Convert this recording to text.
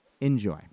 Enjoy